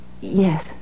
Yes